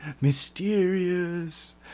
mysterious